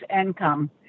income